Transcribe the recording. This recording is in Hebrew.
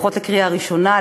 לפחות בקריאה ראשונה.